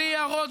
בלי הערות,